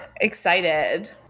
Excited